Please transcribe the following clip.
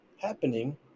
happening